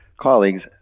colleagues